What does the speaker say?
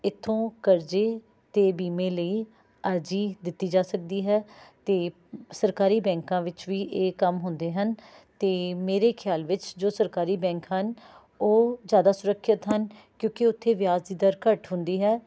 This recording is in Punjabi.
ਇੱਥੋਂ ਕਰਜ਼ੇ ਅਤੇ ਬੀਮੇ ਲਈ ਅਰਜ਼ੀ ਦਿੱਤੀ ਜਾ ਸਕਦੀ ਹੈ ਅਤੇ ਸਰਕਾਰੀ ਬੈਂਕਾਂ ਵਿੱਚ ਵੀ ਇਹ ਕੰਮ ਹੁੰਦੇ ਹਨ ਅਤੇ ਮੇਰੇ ਖ਼ਿਆਲ ਵਿੱਚ ਜੋ ਸਰਕਾਰੀ ਬੈਂਕ ਹਨ ਉਹ ਜ਼ਿਆਦਾ ਸੁਰੱਖਿਅਤ ਹਨ ਕਿਉਂਕਿ ਉੱਥੇ ਵਿਆਜ਼ ਦੀ ਦਰ ਘੱਟ ਹੁੰਦੀ ਹੈ